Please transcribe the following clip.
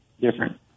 different